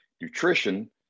nutrition